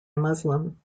muslim